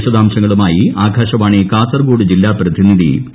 വിശദാംശങ്ങളുമായി ആകാശവാണി കാസർകോട് ജില്ല പ്രതിനിധി പി